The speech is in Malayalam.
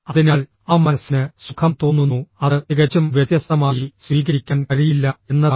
അതിനാൽ ആ മനസ്സിന് സുഖം തോന്നുന്നു അത് തികച്ചും വ്യത്യസ്തമായി സ്വീകരിക്കാൻ കഴിയില്ല എന്നതാണ്